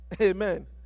Amen